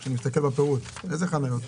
- אני מסתכל בפירוט - איזה חניות?